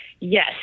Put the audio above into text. yes